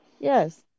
Yes